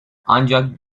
ancak